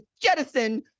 jettison